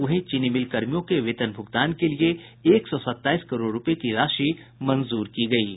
वहीं चीनी मिल कर्मियों के वेतन भुगतान के लिए एक सौ सत्ताईस करोड़ रूपये की राशि मंजूर की गयी है